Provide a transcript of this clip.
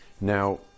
Now